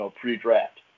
pre-draft